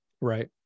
Right